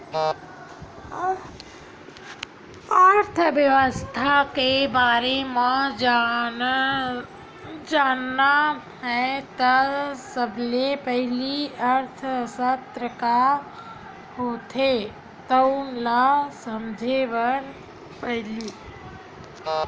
अर्थबेवस्था के बारे म जानना हे त सबले पहिली अर्थसास्त्र का होथे तउन ल समझे बर परही